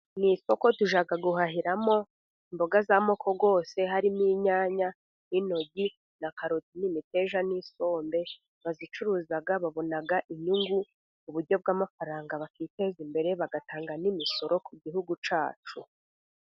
Mu isoko tujya guhahiramo imboga z'amoko yose, harimo: inyanya, intoryi, na karoti, nimiteja, n'insombe. Abazicuruza babona inyungu m'uburyo bw'amafaranga bakiteza imbere bagatanga n'imisoro ku gihugu cyacu.